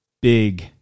big